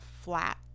flat